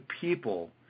people